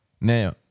Now